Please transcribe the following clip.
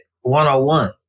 one-on-one